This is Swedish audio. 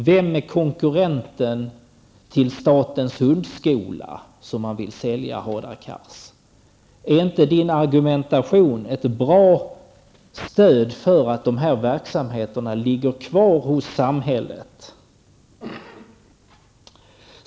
Vem är konkurrenten till statens hundskola, som man vill sälja, Hadar Cars? Är inte Hadar Cars argumentation ett bra stöd för tanken att dessa verksamheter skall ligga kvar hos samhället?